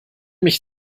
mich